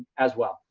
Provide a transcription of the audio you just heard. as well.